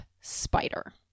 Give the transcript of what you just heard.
spider